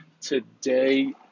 Today